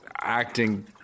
acting